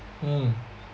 mm